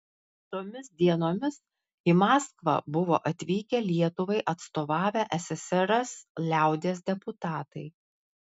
tomis dienomis į maskvą buvo atvykę lietuvai atstovavę ssrs liaudies deputatai